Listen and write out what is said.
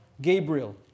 Gabriel